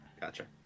Gotcha